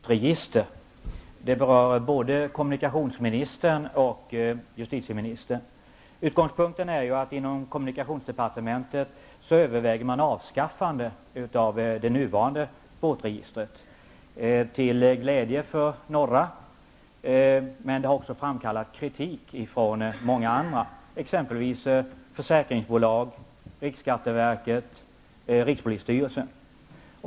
Fru talman! Jag vill ställa en fråga om båtregister. Den berör både kommunikationsministern och justitieministern. Inom kommunikationsdepartementet överväger man till glädje för några att avskaffa det nuvarande båtregistret, men detta har också framkallat kritik från många andra håll, t.ex. från försäkringsbolag, riksskatteverket och rikspolisstyrelsen.